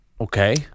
Okay